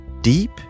deep